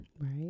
Right